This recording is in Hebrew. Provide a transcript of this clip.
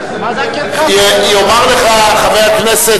יאמר לך חבר הכנסת,